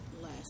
less